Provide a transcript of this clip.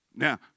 Now